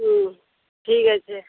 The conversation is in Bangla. হুম ঠিক আছে